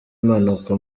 impanuka